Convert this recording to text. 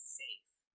safe